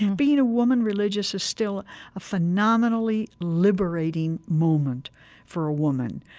and being a woman religious is still a phenomenally liberating moment for a woman.